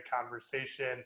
conversation